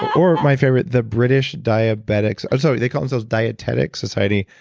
or my favorite, the british diabetics. i'm sorry, they call themselves dietetic society,